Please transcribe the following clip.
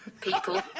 people